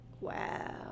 Wow